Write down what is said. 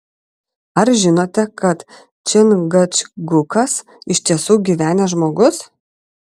ar žinote kad čingačgukas iš tiesų gyvenęs žmogus